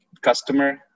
customer